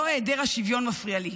לא היעדר השוויון מפריע לי,